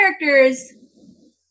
characters